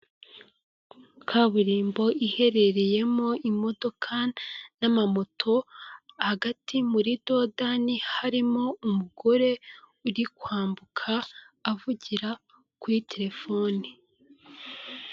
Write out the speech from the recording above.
Kaburimbo iherereyemo imodoka n'amamoto, hagati muri dodani harimo umugore uri kwambuka avugira kuri telefoni.